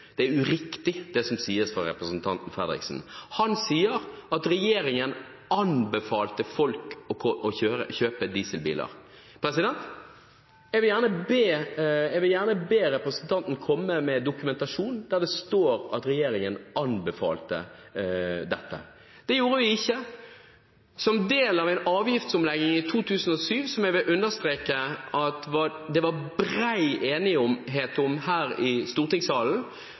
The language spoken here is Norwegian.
uriktig, det som sies av representanten Fredriksen. Han sier at den forrige regjeringen anbefalte folk å kjøpe dieselbiler. Jeg vil gjerne be representanten komme med dokumentasjon der det står at regjeringen anbefalte dette. Det gjorde vi ikke. Som del av en avgiftsomlegging i 2007 – som jeg vil understreke at det var bred enighet om her i stortingssalen